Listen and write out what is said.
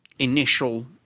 initial